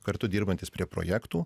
kartu dirbantys prie projektų